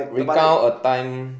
recount a time